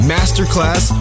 Masterclass